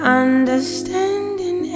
understanding